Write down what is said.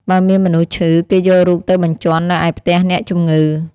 បើមានមនុស្សឈឺ គេយករូបទៅបញ្ជាន់នៅឯផ្ទះអ្នកជំងឺ ។